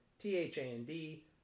T-H-A-N-D